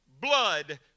blood